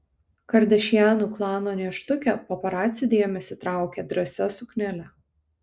kardashianų klano nėštukė paparacių dėmesį traukė drąsia suknele